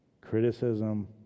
Criticism